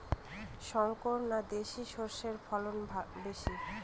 শংকর না দেশি সরষের ফলন বেশী?